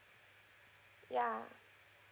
ya